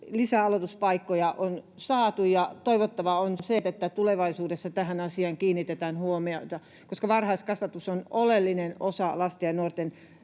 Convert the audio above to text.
lisää aloituspaikkoja on saatu. Ja toivottavaa on se, että tulevaisuudessa tähän asiaan kiinnitetään huomiota, koska varhaiskasvatus on oleellinen osa lasten ja nuorten